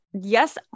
yes